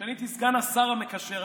כשאני הייתי סגן השר המקשר,